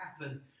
happen